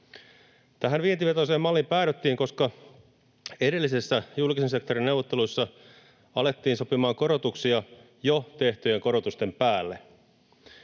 Tähän vientivetoiseen malliin päädyttiin, koska edellisissä julkisen sektorin neuvotteluissa alettiin sopimaan korotuksia jo tehtyjen korotusten päälle.